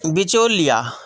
बिचौलिआ